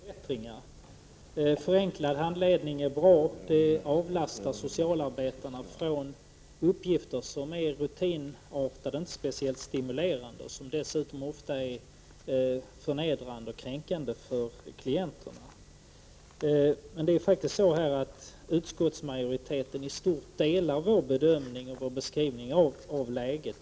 Herr talman! Jan Andersson har rätt i att det har skett förbättringar. En förenklad handledning är bra. Det avlastar socialarbetarna från uppgifter som är rutinartade och inte speciellt stimulerande och som dessutom ofta är förnedrande och kränkande för klienterna. Utskottsmajoriteten delar i stort vår bedömning och vår beskrivning av läget.